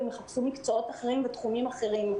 והם מחפשים מקצועות אחרים בתחומים אחרים.